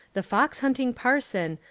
the fox hunting parson,